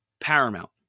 paramount